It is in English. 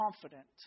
confident